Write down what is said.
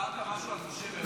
דיברת משהו על משה מירון,